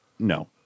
No